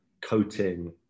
coating